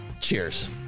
cheers